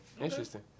Interesting